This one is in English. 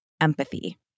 empathy